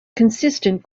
consistent